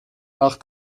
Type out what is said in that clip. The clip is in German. nach